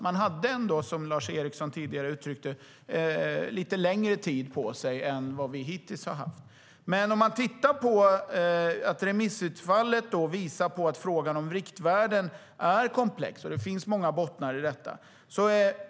Man hade ändå, som Lars Eriksson uttryckte tidigare, lite längre tid på sig än vi hittills har haft. Remissutfallet visar på att frågan om riktvärden är komplex och att det finns många bottnar i detta.